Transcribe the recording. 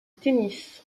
tennis